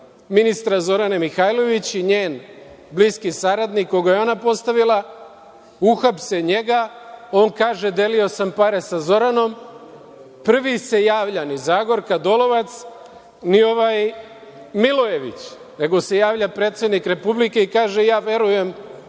ministra Zorane Mihajlović i njen bliski saradnik koga je ona postavila, uhapse njega, on kaže – delio sam pare sa Zoranom, prvi se javlja, ni Zagorka Dolovac, ni ovaj Milojević, nego se javlja predsednik Republike i kaže – ja verujem